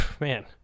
Man